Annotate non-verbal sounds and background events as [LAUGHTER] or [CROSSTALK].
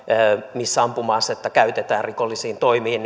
missä ampuma asetta käytetään rikollisiin toimiin [UNINTELLIGIBLE]